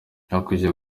hakwiye